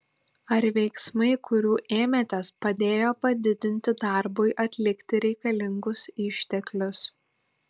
ar veiksmai kurių ėmėtės padėjo padidinti darbui atlikti reikalingus išteklius